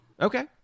Okay